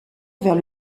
envers